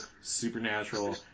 supernatural